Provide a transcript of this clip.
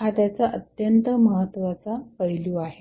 हा त्याचा अत्यंत महत्त्वाचा पैलू आहे